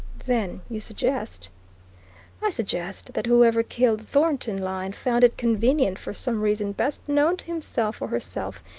then you suggest i suggest that whoever killed thornton lyne found it convenient, for some reason best known to himself or herself,